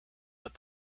but